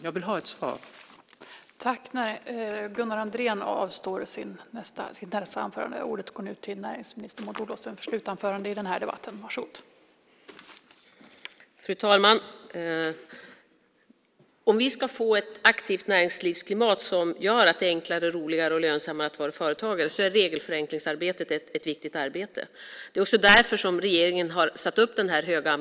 Jag vill ha ett svar, Maud Olofsson.